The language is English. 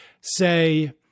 say